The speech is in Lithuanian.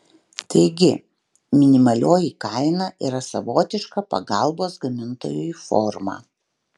taigi minimalioji kaina yra savotiška pagalbos gamintojui forma